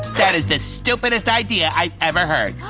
that is the stupidest idea i've ever heard.